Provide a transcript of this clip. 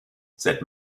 cette